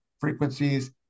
frequencies